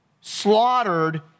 slaughtered